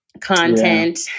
content